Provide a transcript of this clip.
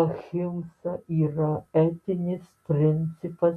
ahimsa yra etinis principas